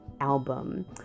album